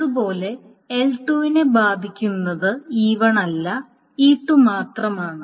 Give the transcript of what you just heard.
അതുപോലെ L2 നെ ബാധിക്കുന്നത് E1 അല്ല E2 മാത്രമാണ്